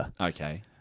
Okay